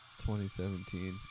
2017